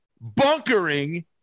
bunkering